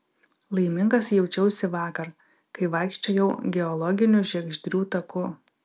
laimingas jaučiausi vakar kai vaikščiojau geologiniu žiegždrių taku